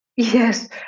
Yes